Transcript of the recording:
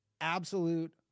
absolute